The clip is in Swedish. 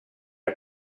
jag